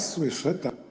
Słyszę, tak.